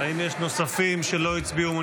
האם יש נוספים שלא הצביעו?